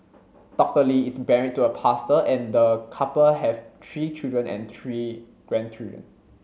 Doctor Lee is married to a pastor and the couple have three children and three grandchildren